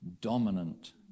dominant